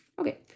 Okay